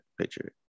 picture